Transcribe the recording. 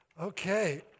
Okay